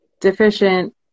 deficient